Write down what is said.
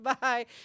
Bye